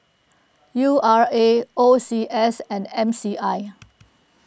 U R A O C S and M C I